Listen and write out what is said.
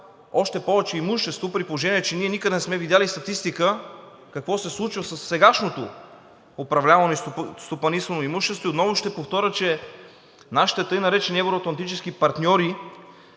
още повече имущество, при положение че ние никъде не сме видели статистика какво се случва със сегашното управлявано и стопанисвано имущество. Отново ще повторя, че нашите така наречени евро-атлантически партньори